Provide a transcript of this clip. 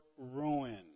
ruin